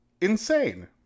insane